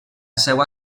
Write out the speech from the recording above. seva